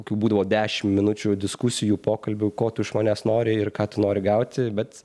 kai būdavo dešimt minučių diskusijų pokalbių ko tu iš manęs nori ir ką tu nori gauti bet